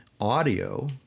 audio